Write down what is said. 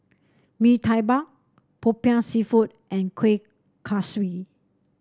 Mee Tai Mak Popiah seafood and Kueh Kaswi